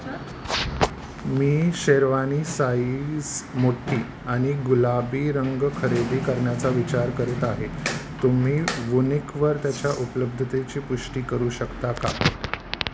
मी sherwani size मोठी आणि गुलाबी रंग खरेदी करण्याचा विचार करीत आहे तुम्ही वुनिकवर त्याच्या उपलब्धतेची पुष्टी करू शकता का